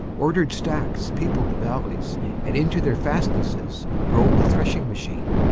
ordered stacks peopled the valleys and into their fastnesses drove the threshing machine.